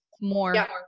More